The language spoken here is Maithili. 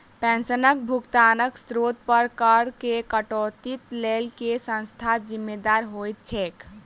पेंशनक भुगतानक स्त्रोत पर करऽ केँ कटौतीक लेल केँ संस्था जिम्मेदार होइत छैक?